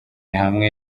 hamwe